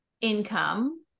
income